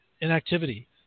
inactivity